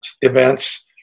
events